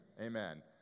Amen